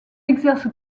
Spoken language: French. exerce